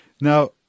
Now